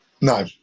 No